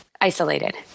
isolated